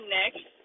next